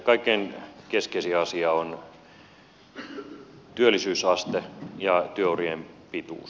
kaikkein keskeisin asia on työllisyysaste ja työurien pituus